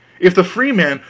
if the freeman,